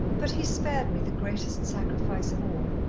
but he spared me the greatest sacrifice of all,